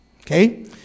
Okay